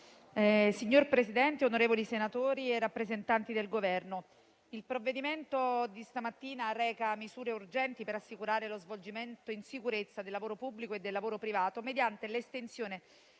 Signor Presidente, onorevoli colleghi, rappresentanti del Governo, il provvedimento all'esame dell'Assemblea questa mattina reca misure urgenti per assicurare lo svolgimento in sicurezza del lavoro pubblico e del lavoro privato, mediante l'estensione